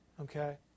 Okay